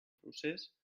procés